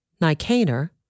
Nicanor